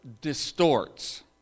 distorts